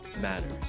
matters